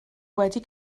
wedi